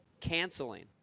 canceling